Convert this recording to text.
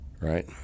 Right